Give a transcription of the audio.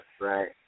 Right